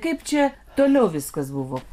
kaip čia toliau viskas buvo